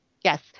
Yes